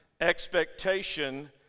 expectation